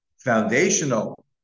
foundational